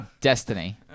Destiny